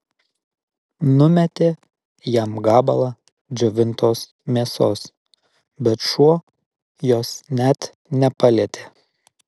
numetė jam gabalą džiovintos mėsos bet šuo jos net nepalietė